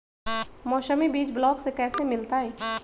मौसमी बीज ब्लॉक से कैसे मिलताई?